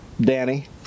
Danny